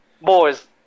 boys